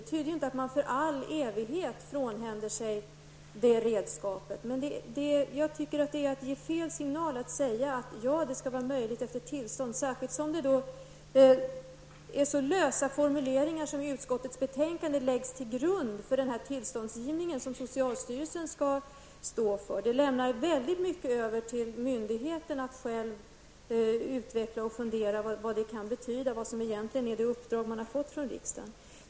Det betyder inte att vi för all evighet frånhänder oss detta redskap. Jag tycker att det är att ge fel signaler att säga att det skall vara möjligt efter tillstånd -- särskilt som det är så lösa formuleringar i utskottets betänkande som läggs till grund för den tillståndsgivning, som socialstyrelsen skall stå för. Det lämnar väldigt mycket över till myndigheten själv att utveckla och fundera på vad det kan betyda, vad det egentligen är för uppdrag som den har fått från riksdagen.